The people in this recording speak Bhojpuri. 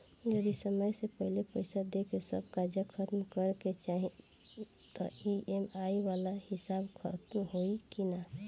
जदी समय से पहिले पईसा देके सब कर्जा खतम करे के चाही त ई.एम.आई वाला हिसाब खतम होइकी ना?